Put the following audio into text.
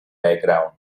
background